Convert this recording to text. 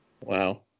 Wow